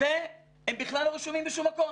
והם בכלל לא רשומים בשום מקום.